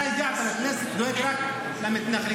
אתה הגעת לכנסת, דואג רק למתנחלים.